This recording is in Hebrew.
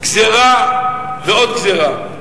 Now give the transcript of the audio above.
גזירה ועוד גזירה.